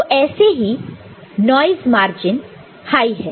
तो ऐसे ही नॉइस मार्जिन हाई है